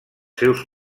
seus